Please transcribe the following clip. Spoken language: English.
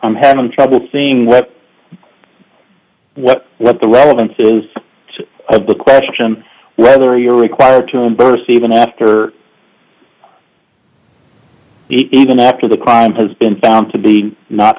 i'm having trouble seeing what what what the relevance of the question whether you're required to embarrass even after even after the crime has been found to be not